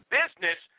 business